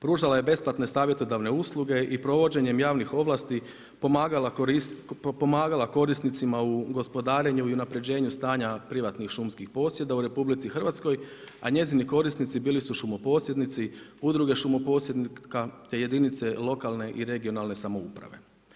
Pružala je besplatne savjetodavne usluge i provođenjem javnih ovlasti, pomagala korisnicima u gospodarenju stanja privatnih šumskih posjeda u RH, a njezini korisnici bili su šumoposjednici, udruge šumoposjednika te jedinice lokalne i regionalne samouprave.